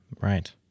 Right